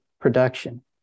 production